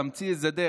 תמציא איזה דרך.